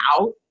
out